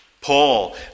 Paul